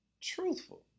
truthful